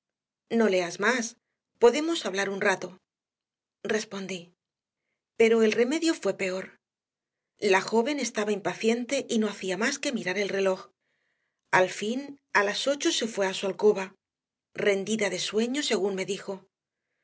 no leas más podemos hablar un rato respondí pero el remedio fue peor la joven estaba impaciente y no hacía más que mirar el reloj al fin a las ocho se fue a su alcoba rendida de sueño según me dijo